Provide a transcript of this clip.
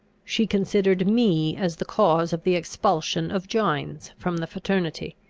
she considered me as the cause of the expulsion of gines from the fraternity.